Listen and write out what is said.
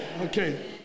Okay